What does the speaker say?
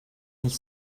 nicht